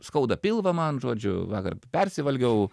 skauda pilvą man žodžiu vakar persivalgiau